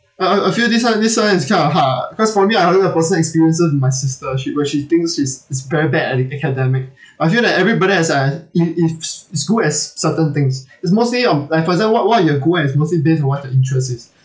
uh uh I feel this one this one it's kind of hard ah cause for me I only know the personal experiences with my sister she where she thinks she's she's very bad at in academic I feel that everybody has a in in is is good at ce~ certain things is mostly on like for example what what you are good at is mostly based on what your interest is